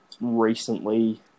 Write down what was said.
recently